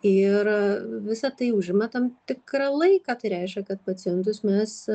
ir visa tai užima tam tikrą laiką tai reiškia kad pacientus mes